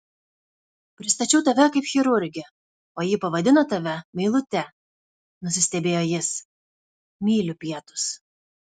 pristačiau tave kaip chirurgę o ji pavadino tave meilute nusistebėjo jis myliu pietus